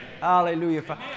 Hallelujah